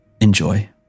Enjoy